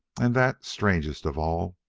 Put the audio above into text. and that, strangest of all,